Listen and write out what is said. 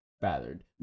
battered